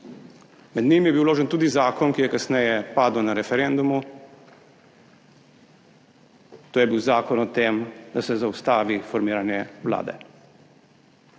Med njimi je bil vložen tudi zakon, ki je kasneje padel na referendumu, to je bil zakon o tem, da se zaustavi formiranje vlade